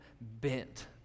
bent